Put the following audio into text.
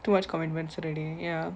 so much commitments already ya